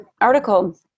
article